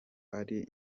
ari